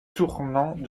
tournant